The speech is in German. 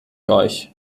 euch